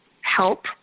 help